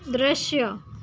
દૃશ્ય